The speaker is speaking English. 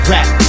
Rap